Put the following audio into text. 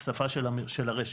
שפה של הרשת.